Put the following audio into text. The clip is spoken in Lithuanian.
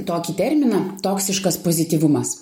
tokį terminą toksiškas pozityvumas